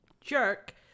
jerk